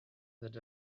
that